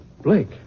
Blake